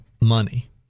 money